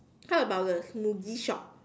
how about the smoothie shop